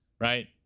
right